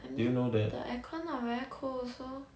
I mean the air con not very cold also